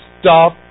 Stop